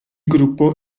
gruppo